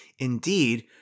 Indeed